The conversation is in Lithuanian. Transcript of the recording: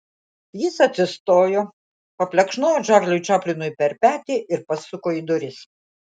jis atsistojo paplekšnojo čarliui čaplinui per petį ir pasuko į duris